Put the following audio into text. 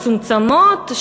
מצומצמות,